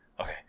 Okay